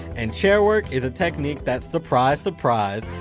and chairwork is a technique that surprise, surprise,